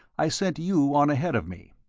i sent you on ahead of me.